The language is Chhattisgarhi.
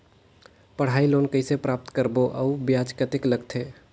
पढ़ाई लोन कइसे प्राप्त करबो अउ ब्याज कतेक लगथे?